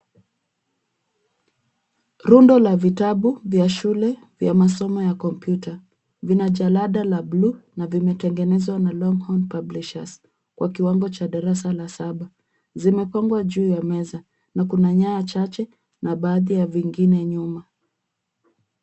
Rundo la vitabu vya shule vya masomo ya kompyuta. Vina jalada la buluu na vimetengenezwa na Longhorn Publishers kwa kiwango cha darasa la saba. Zimepangwa juu ya meza na kuna nyaya chache na baadhi ya vingine nyuma.